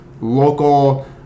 local